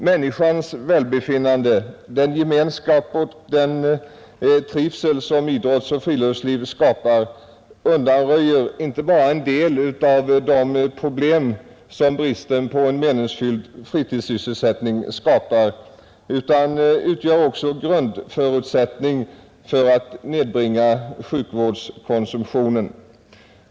Människans välbefinnande, den gemenskap och den trivsel som idrott och friluftsliv skapar, inte bara undanröjer en del av de problem som bristen på meningsfylld fritidssysselsättning skapar utan utgör också en grundförutsättning för att nedbringa sjukvårdskonsumtionen.